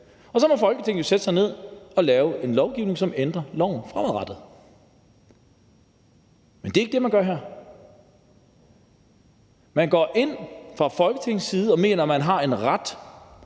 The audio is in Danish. Og så må Folketinget jo sætte sig ned og lave en lovgivning, som ændrer loven fremadrettet. Men det er ikke det, man gør her. Man går ind fra Folketingets side og mener, at man har en ret